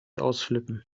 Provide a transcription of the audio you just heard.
ausflippen